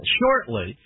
shortly